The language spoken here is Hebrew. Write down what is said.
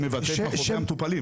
אני מבטא את מכאובי המטופלים.